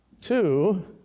Two